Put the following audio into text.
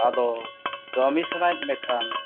ᱟᱫᱚ ᱠᱟᱹᱢᱤ ᱥᱟᱱᱟᱭᱮᱫ ᱢᱮᱠᱷᱟᱱ